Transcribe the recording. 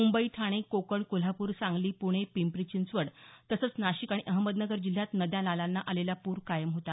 मुंबई ठाणे कोकण कोल्हापूर सांगली पुणे पिंपरी चिंचवड तसंच नाशिक आणि अहमदनगर जिल्ह्यात नद्या नाल्यांना आलेला पूर कायम होता